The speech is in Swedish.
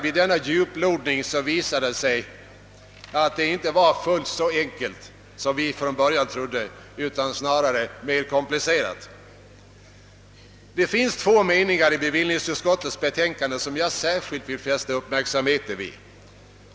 Vid denna djupdykning visade det sig, att frågan inte var fullt så enkel som vi från början antagit, utan snarare mer komplicerad. Det finns i bevillningsutskottets betänkande två meningar som jag särskilt vill fästa uppmärksamheten på.